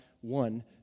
one